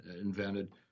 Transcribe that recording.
invented –